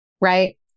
right